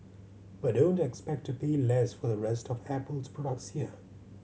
but don't expect to pay less for the rest of Apple's products here